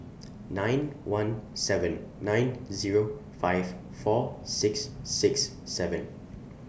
nine one seven nine Zero five four six six seven